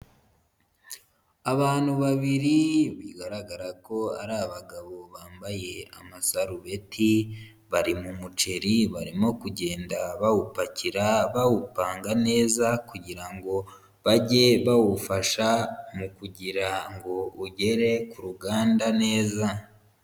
Abantu babiri bigaragara ko ari abagabo bambaye amasarubeti, bari mu muceri barimo kugenda bawupakira bawupanga neza kugira ngo bajye bawufasha mu kugira ngo ugere ku ruganda neza.